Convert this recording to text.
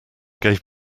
gave